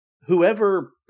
whoever